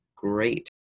great